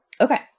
Okay